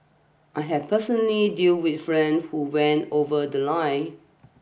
I have personally dealt with friends who went over the line